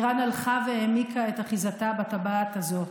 איראן הלכה והעמיקה את אחיזתה בטבעת הזאת.